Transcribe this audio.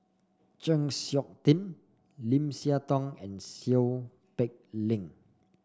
Chng Seok Tin Lim Siah Tong and Seow Peck Leng